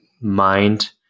mind